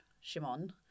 Shimon